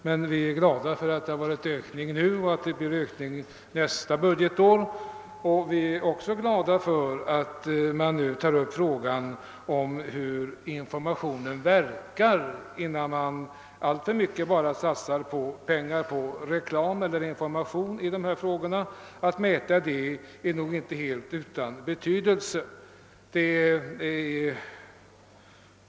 Men vi är glada för att det har blivit en ökning nu och för näs ta budgetår, och vi är också glada för att man nu tar upp frågan om hur informationen verkar innan man satsar alltför mycket pengar på reklam i dessa frågor. En sådan mätning är nog inte helt betydelselös.